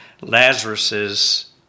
Lazarus's